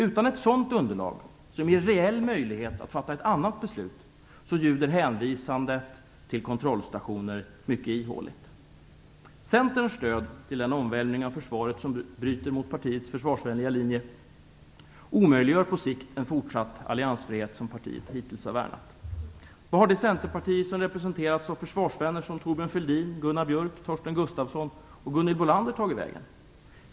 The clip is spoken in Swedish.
Utan ett sådant underlag, som ger reell möjlighet att fatta ett annat beslut, ljuder hänvisandet till kontrollstationer mycket ihåligt. Centerns stöd till den omvälvning av Försvaret som bryter mot partiets försvarsvänliga linje omöjliggör på sikt en fortsatt alliansfrihet, som partiet hittills har värnat. Vad har det centerparti som representerats av försvarsvänner som Thorbjörn Fälldin, Gunnar Björk, Torsten Gustafsson och Gunhild Bolander tagit vägen?